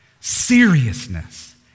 seriousness